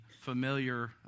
familiar